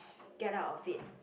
get out of it